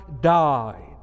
died